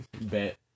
Bet